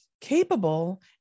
capable